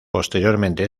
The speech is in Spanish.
posteriormente